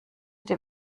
dem